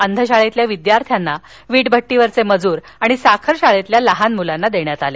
अंध शाळेतील विद्यार्थी वीट भट्टी वरील मजूर साखर शाळेतील लहान मुलांना देण्यात आल्या